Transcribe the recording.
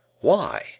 Why